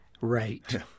Right